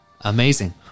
Amazing